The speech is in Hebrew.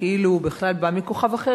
כאילו הוא בא מכוכב אחר,